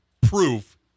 proof